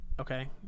okay